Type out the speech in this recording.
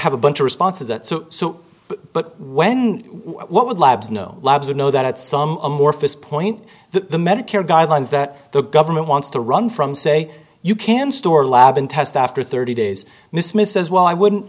have a bunch of response to that so so but when what would labs know labs you know that at some amorphous point that the medicare guidelines that the government wants to run from say you can store lab and test after thirty days miss miss as well i wouldn't